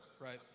right